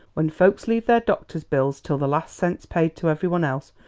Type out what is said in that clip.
when folks leave their doctor's bills till the last cent's paid to everybody else?